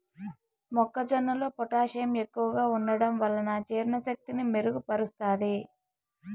మొక్క జొన్నలో పొటాషియం ఎక్కువగా ఉంటడం వలన జీర్ణ శక్తిని మెరుగు పరుస్తాది